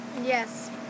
Yes